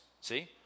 See